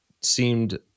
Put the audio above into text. seemed